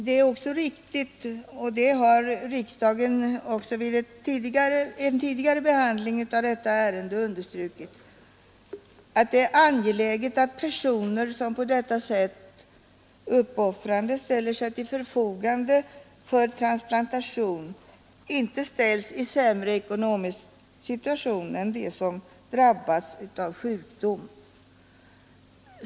Det är också riktigt — det har riksdagen vid en tidigare behandling av detta ärende understrukit — att det är angeläget att personer som på detta sätt uppoffrande ställer sig till förfogande för transplantation inte hamnar i sämre ekonomisk situation än dem som drabbas av sjukdom.